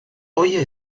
oye